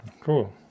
Cool